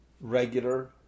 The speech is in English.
regular